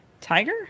Tiger